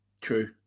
true